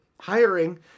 hiring